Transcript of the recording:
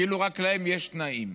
כאילו רק להם יש תנאים.